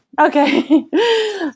Okay